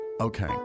Okay